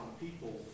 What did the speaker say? people